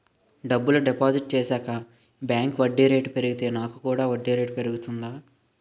డబ్బులు డిపాజిట్ చేశాక బ్యాంక్ వడ్డీ రేటు పెరిగితే నాకు కూడా వడ్డీ రేటు పెరుగుతుందా?